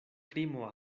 krimo